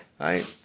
right